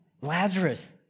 Lazarus